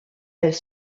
elle